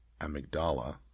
amygdala